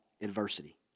adversity